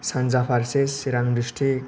सानजा फारसे चिरां दिस्ट्रिक